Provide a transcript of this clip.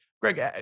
Greg